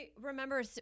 remember